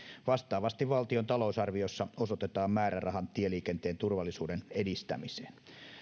vastaavasti valtion talousarviossa osoitetaan määräraha tieliikenteen turvallisuuden edistämiseen